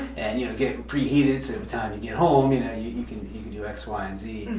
and you know get preheated so every time you get home you know you you can you can do x, y, and z.